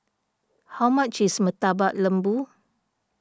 how much is Murtabak Lembu